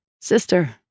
sister